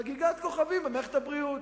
חגיגת כוכבים במערכת הבריאות.